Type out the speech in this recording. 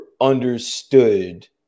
understood